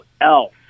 else